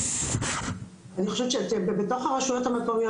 אני חושבת שבתוך הרשויות המקומיות,